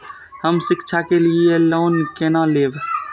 हम शिक्षा के लिए लोन केना लैब?